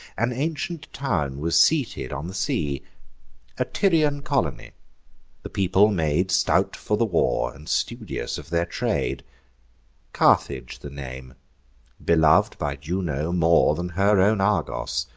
an ancient town was seated on the sea a tyrian colony the people made stout for the war, and studious of their trade carthage the name belov'd by juno more than her own argos,